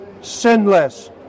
sinless